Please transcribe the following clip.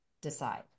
decide